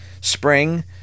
spring